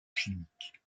chimiques